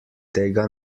tega